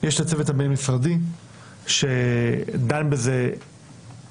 יש את הצוות הבין-משרדי שדן בזה יותר